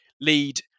lead